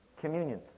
communion